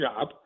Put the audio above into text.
job